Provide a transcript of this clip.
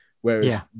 Whereas